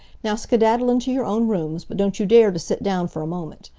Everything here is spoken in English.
now skedaddle into your own rooms, but don't you dare to sit down for a moment.